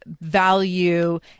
value